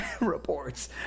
reports